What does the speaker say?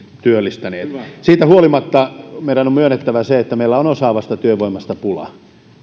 työllistäneet siitä huolimatta meidän on myönnettävä se että meillä on osaavasta työvoimasta pula